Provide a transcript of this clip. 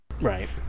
right